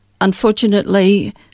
unfortunately